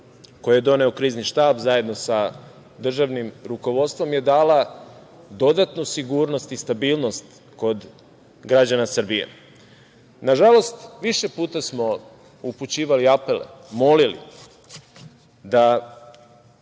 koje je doneo Krizni štab zajedno sa državnim rukovodstvom je dala dodatnu sigurnost i stabilnost građana Srbije. Nažalost, više puta smo upućivali apele, molili, da